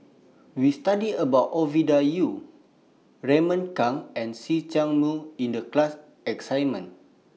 We studied about Ovidia Yu Raymond Kang and See Chak Mun in The class assignment